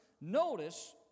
Notice